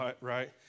right